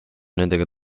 nendega